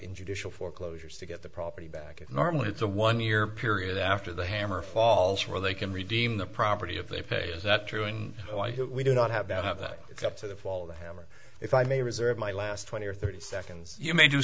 in judicial foreclosures to get the property back and normally it's a one year period after the hammer falls where they can redeem the property of their pay is that true and why don't we do not have that have that it's up to the fall of the hammer if i may reserve my last twenty or thirty seconds you may do